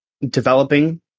developing